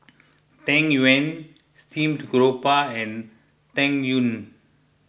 Tang Yuen Steamed Grouper and Tang Yuen